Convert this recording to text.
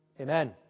Amen